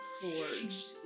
forged